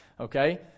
Okay